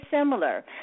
similar